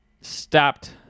stopped